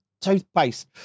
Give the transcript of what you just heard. toothpaste